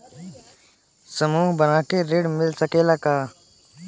समूह बना के ऋण मिल सकेला का?